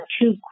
two